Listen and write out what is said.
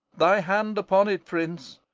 thy hand upon it, prince.